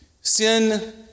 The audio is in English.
Sin